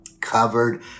covered